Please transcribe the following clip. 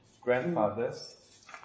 grandfathers